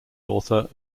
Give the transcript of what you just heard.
author